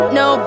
no